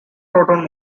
proton